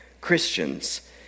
Christians